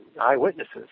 eyewitnesses